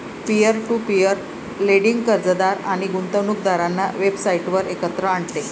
peer to peer lending कर्जदार आणि गुंतवणूकदारांना वेबसाइटवर एकत्र आणते